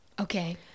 Okay